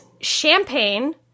champagne